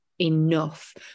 enough